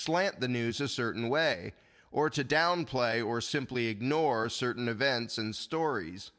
slant the news a certain way or to downplay or simply ignore certain events and stories